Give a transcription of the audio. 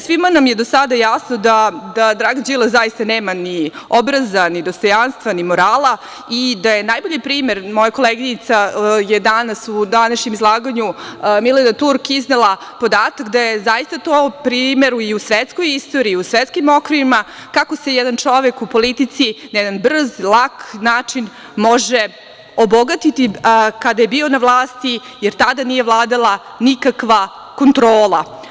Svima nam je do sada jasno da Dragan Đilas zaista nema ni obraza, ni dostojanstva, ni morala i da je najbolji primer dala moja koleginica Milena Turk u današnjem izlaganju, da je zaista to primer i u svetskoj istoriji, u svetskim okvirima, kako se jedan čovek u politici na jedan brz i lak način može obogatiti kada je bio na vlasti, jer tada nije vladala nikakva kontrola.